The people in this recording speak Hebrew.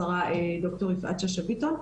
השרה דוקטור יפעת שאשא ביטון,